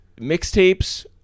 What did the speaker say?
mixtapes